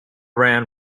ran